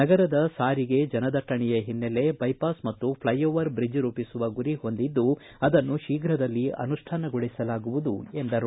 ನಗರದ ಸಾರಿಗೆ ಜನದಟ್ಟಣೆಯ ಹಿನ್ನೆಲೆ ಬೈಪಾಸ್ ಮತ್ತು ಪೈಓವರ್ ಬ್ರಿಜ್ ರೂಪಿಸುವ ಗುರಿ ಹೊಂದಿದ್ದು ಅದನ್ನು ಶೀಘದಲ್ಲಿ ಅನುಷ್ಠಾನಗೊಳಿಸಲಾಗುವುದು ಎಂದರು